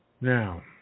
Now